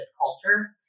culture